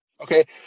Okay